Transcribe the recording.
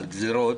על גזירות,